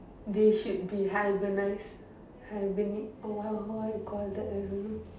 they should be hibernise hibernate or what you call that I don't know